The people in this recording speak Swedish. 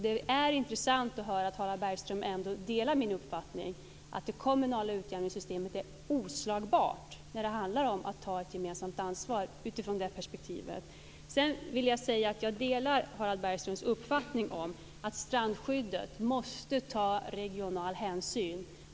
Det är intressant att höra att Harald Bergström ändå delar min uppfattning att det kommunala utjämningssystemet är oslagbart när det handlar om att ta ett gemensamt ansvar i det perspektivet. Jag vill vidare säga att jag delar Harald Bergströms uppfattning att strandskyddet måste ta regional hänsyn.